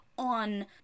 on